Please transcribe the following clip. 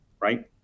right